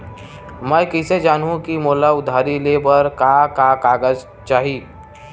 मैं कइसे जानहुँ कि मोला उधारी ले बर का का कागज चाही?